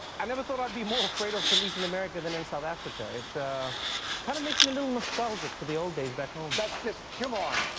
i never thought i'd be more afraid of police in america than in south africa. it kind of makes me a little nostalgic for the old days back home. jon that's just c'mon,